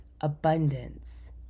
abundance